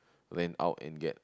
rent out and get